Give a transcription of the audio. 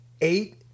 eight